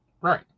right